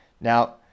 now